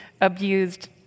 abused